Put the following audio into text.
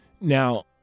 Now